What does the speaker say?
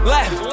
Left